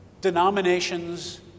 denominations